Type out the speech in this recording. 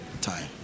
Time